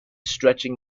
stretching